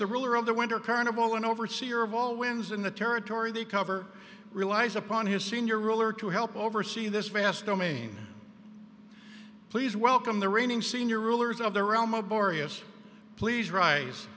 the ruler of the winter carnival an overseer of all wins in the territory they cover relies upon his senior ruler to help oversee this vast domain please welcome the reigning senior rulers of the realm of boreas please ri